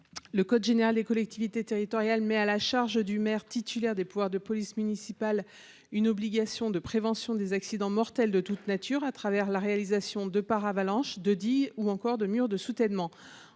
Le code général des collectivités territoriales mais à la charge du maire titulaire des pouvoirs de police municipale, une obligation de prévention des accidents mortels de toute nature à travers la réalisation de paravalanches de dit ou encore de murs de soutènement.